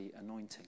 anointing